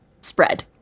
spread